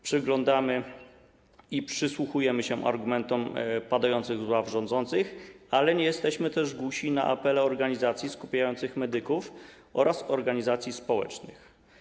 Przyglądamy się i przysłuchujemy argumentom padającym z ław rządzących, ale nie jesteśmy też głusi na apele organizacji skupiających medyków oraz organizacji społecznych.